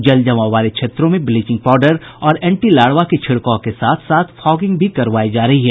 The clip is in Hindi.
जलजमाव वाले क्षेत्रों में ब्लीचिंग पाउडर और एंटी लार्वा के छिड़काव के साथ साथ फॉगिंग भी करवायी जा रही है